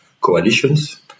coalitions